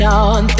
on